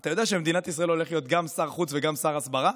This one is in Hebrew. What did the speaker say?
אתה יודע שבמדינת ישראל הולך להיות גם שר חוץ וגם שר הסברה?